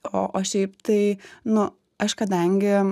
o o šiaip tai nu aš kadangi